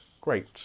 Great